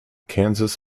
kansas